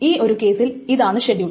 ഈ ഒരു കേസിൽ ഇതാണ് ഷെഡ്യൂൾ